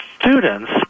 students